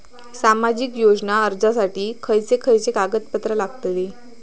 सामाजिक योजना अर्जासाठी खयचे खयचे कागदपत्रा लागतली?